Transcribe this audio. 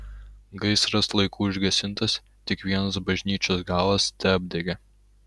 gaisras laiku užgesintas tik vienas bažnyčios galas teapdegė